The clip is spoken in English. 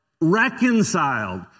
reconciled